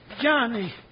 Johnny